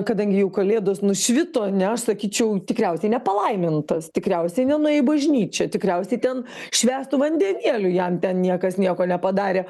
kadangi jau kalėdos nušvito ne aš sakyčiau tikriausiai nepalaimintas tikriausiai nenuėjo į bažnyčią tikriausiai ten švęstu vandenėliu jam ten niekas nieko nepadarė